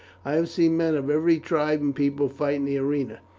i have seen men of every tribe and people fight in the arena.